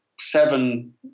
seven